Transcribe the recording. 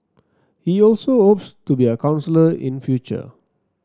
he also hopes to be a counsellor in future